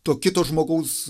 to kito žmogaus